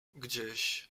gdzieś